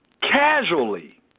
casually